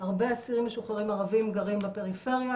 הרבה אסירים משוחררים ערבים גרים בפריפריה,